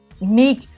make